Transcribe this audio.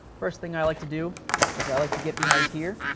first thing i like to do is i like to get behind here.